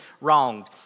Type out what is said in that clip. wronged